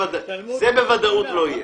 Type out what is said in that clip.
זה בוודאות לא יהיה.